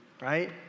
right